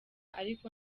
ariko